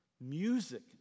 music